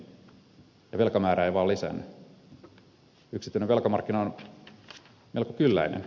yksityinen velkamarkkina on melko kylläinen